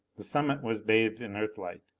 the summit was bathed in earthlight.